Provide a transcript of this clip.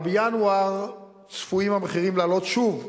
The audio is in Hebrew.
אבל בינואר צפויים המחירים לעלות שוב,